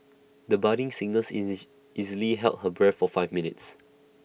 the budding singers easily easily held her breath for five minutes